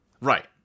right